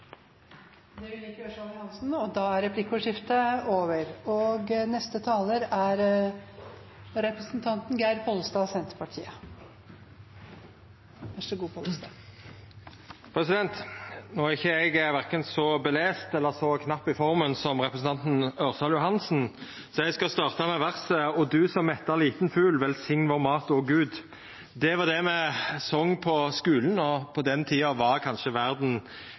er ikkje eg verken så lærd eller så knapp i forma som representanten Ørsal Johansen, men eg vil starta med verset «O du som metter liten fugl, velsign vår mat, O Gud». Det var det me song på skulen, og på den tida var kanskje